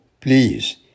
please